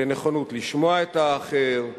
לנכונות לשמוע את האחר,